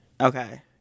Okay